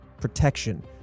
protection